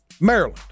Maryland